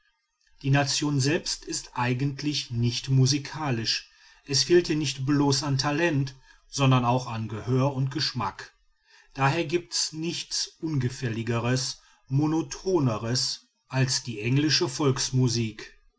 die nation selbst ist eigentlich nicht musikalisch es fehlt ihr nicht bloß an talent sondern auch an gehör und geschmack daher gibt's nichts ungefälligeres monotoneres als die englische